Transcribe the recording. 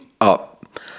up